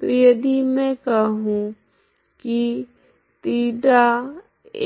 तो यदि मैं कहूँगी ϴθ